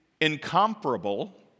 incomparable